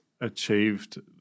achieved